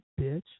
bitch